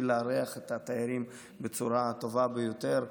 לארח את התיירים בצורה הטובה ביותר.